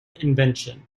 invention